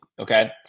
Okay